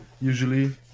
usually